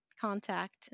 contact